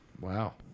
Wow